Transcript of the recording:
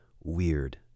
weird